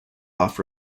off